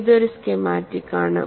ഇത് ഒരു സ്കീമാറ്റിക് ആണ്